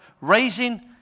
raising